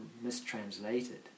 mistranslated